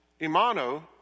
Imano